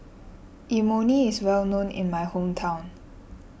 Imoni is well known in my hometown